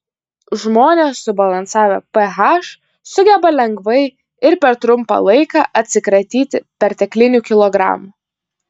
žmonės subalansavę ph sugeba lengvai ir per trumpą laiką atsikratyti perteklinių kilogramų